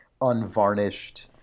unvarnished